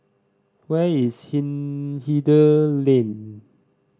where is Hindhede Lane